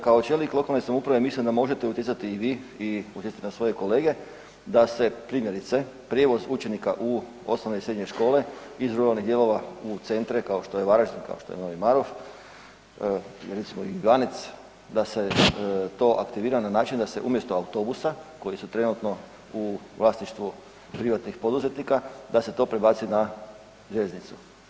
Kao čelnik lokalne samouprave mislim da možete utjecati i vi i utjecati na svoje kolege da se primjerice prijevoz učenika u osnovne i srednje škole iz ruralnih dijelova u centre, kao što je Varaždin, kao što je Novi Marof ili recimo Ivanec da se to aktivira na način da se umjesto autobusa koji su trenutno u vlasništvu privatnih poduzetnika, da se to prebaci na željeznicu.